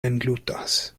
englutas